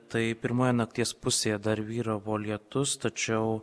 tai pirmoje nakties pusėje dar vyravo lietus tačiau